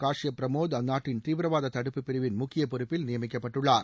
காஷ்பப் பிரமோத் அந்நாட்டின் தீவிரவாத தடுப்புப் பிரிவின் முக்கியப் பொறுப்பில் நியமிக்கப்பட்டுள்ளார்